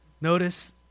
Notice